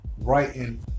writing